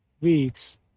weeks